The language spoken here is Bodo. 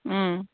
उम